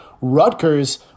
Rutgers